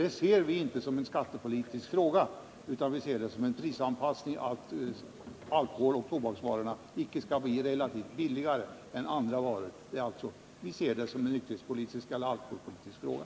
Det ser vi inte som en skattepolitisk fråga utan som en prisanpassning — att alkohol och tobaksvaror icke skall bli relativt billigare än andra varor. Vi ser det alltså som en nykterhetspolitisk eller alkoholpolitisk fråga.